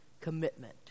commitment